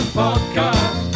podcast